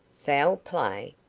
foul play?